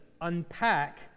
unpack